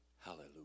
Hallelujah